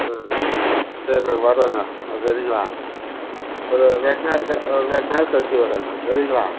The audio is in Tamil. ம் சரி நாங்கள் வறோங்க சரிங்களா ஒரு ரெண்டு நாள் ரெண்டு நாள் கழிச்சு வறோங்க